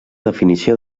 definició